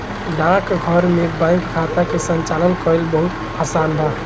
डाकघर में बैंक खाता के संचालन कईल बहुत आसान बा